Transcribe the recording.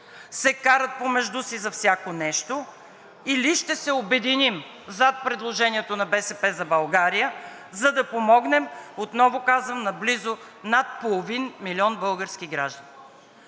се карат помежду си за всяко нещо, или ще се обединим зад предложението на „БСП за България“, за да помогнем, отново казвам, на близо над половин милион български граждани?!